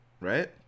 right